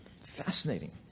Fascinating